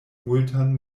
multan